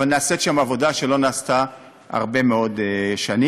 אבל נעשית שם עבודה שלא נעשתה הרבה מאוד שנים,